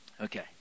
Okay